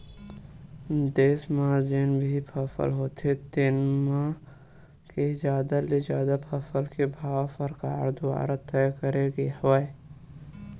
देस म जेन भी फसल होथे तेन म के जादा ले जादा फसल के भाव सरकार दुवारा तय करे गे हवय